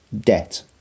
debt